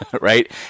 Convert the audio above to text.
Right